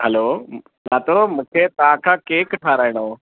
हलो सुञातव मूंखे तव्हांखां केक ठहाराइणो हो